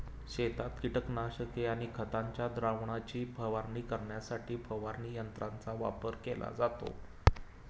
शेतात कीटकनाशके आणि खतांच्या द्रावणाची फवारणी करण्यासाठी फवारणी यंत्रांचा वापर केला जातो